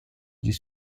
des